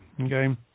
okay